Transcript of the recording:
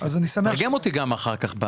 אני מתרגם אותך.